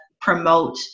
promote